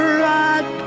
right